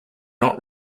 not